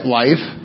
life